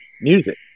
music